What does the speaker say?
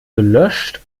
gelöscht